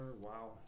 Wow